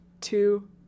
two